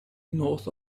north